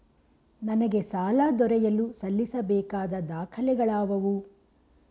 ನನಗೆ ಸಾಲ ದೊರೆಯಲು ಸಲ್ಲಿಸಬೇಕಾದ ದಾಖಲೆಗಳಾವವು?